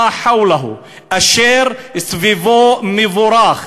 חוולה" "אשר סביבו מבורך".